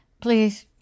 please